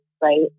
right